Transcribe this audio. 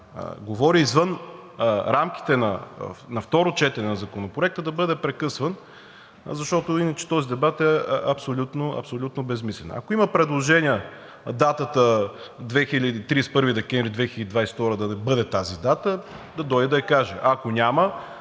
говори извън рамките на второ четене на Законопроекта, да бъде прекъсван, защото иначе този дебат е абсолютно безсмислен. Ако има предложения датата 31 декември 2022 г. да не бъде тази дата, да дойде да каже. Ако няма,